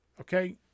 Okay